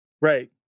Right